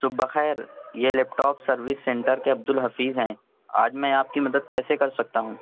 صبح بخیر یہ لیپٹاپ سروس سینٹر کے عبد الحفیظ ہیں آج میں آپ کی مدد کیسے کر سکتا ہوں